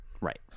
right